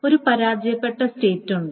ഒരു പരാജയപ്പെട്ട സ്റ്റേറ്റുണ്ട്